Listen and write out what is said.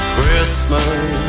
Christmas